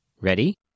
Ready